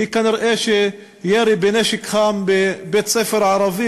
כי כנראה ירי בנשק חם בבית-ספר ערבי